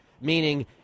meaning –